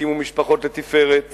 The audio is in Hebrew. תקימו משפחות לתפארת